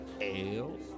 ale